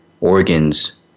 organs